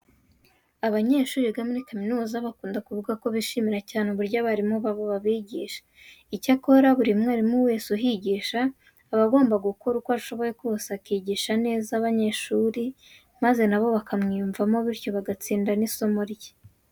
Abanyeshuri biga muri kaminuza bakunda kuvuga ko bishimira cyane uburyo abarimu babo babigisha. Icyakora buri mwarimu wese uhigisha aba agomba gukora uko ashoboye kose akigisha neza abanyeshuri, maze na bo bakamwiyumvamo bityo bagatsinda n'isomo rye.